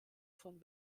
von